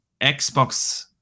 Xbox